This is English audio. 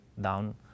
down